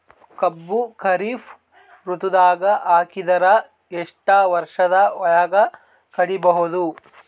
ಕಬ್ಬು ಖರೀಫ್ ಋತುದಾಗ ಹಾಕಿದರ ಎಷ್ಟ ವರ್ಷದ ಒಳಗ ಕಡಿಬಹುದು?